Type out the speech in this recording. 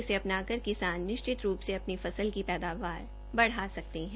इसे अपनाकर किसान निश्चित रूप से अपनी फसल की पैदावार बढ़ा सकते हैं